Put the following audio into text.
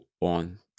on